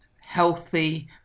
healthy